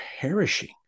perishing